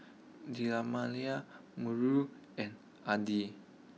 Melur and Adi